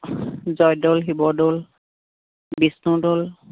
Joydol Shivadoul Vishnudol